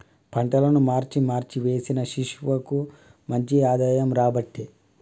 పంటలను మార్చి మార్చి వేశిన శివకు మంచి ఆదాయం రాబట్టే